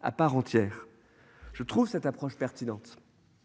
à part entière. Je trouve cette approche pertinente.